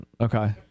Okay